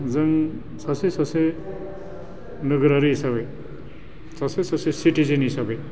जों सासे सासे नोगोरारि हिसाबै सासे सासे सिटिजेन हिसाबै